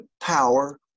power